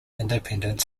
independent